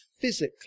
physically